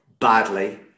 badly